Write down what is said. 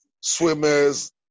swimmers